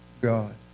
God